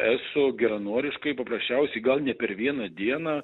eso geranoriškai paprasčiausiai gal ne per vieną dieną